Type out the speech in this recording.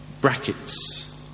brackets